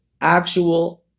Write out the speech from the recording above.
actual